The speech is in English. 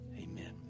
amen